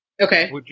Okay